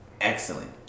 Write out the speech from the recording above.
Excellent